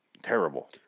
Terrible